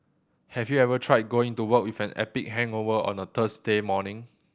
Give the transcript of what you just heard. have you ever tried going to work with an epic hangover on a Thursday morning